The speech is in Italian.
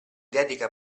dedica